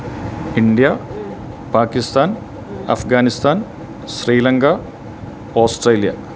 India Pakistan Afghanistan Sri Lanka Australia